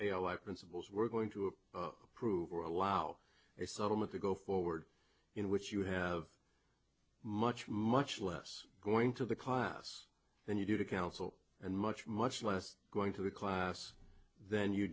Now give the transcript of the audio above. principles we're going to approve or allow a settlement to go forward in which you have much much less going to the class than you do to counsel and much much less going to the class than you